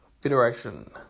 Federation